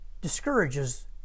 discourages